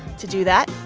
to do that,